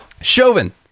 Chauvin